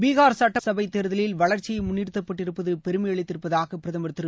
பிகார் சட்டசபைத் தேர்தலில் வளர்ச்சியைமுன்னிறுத்தப்பட்டிருப்பதுபெருமையளித்திருப்பதாக பிரதமர் திரு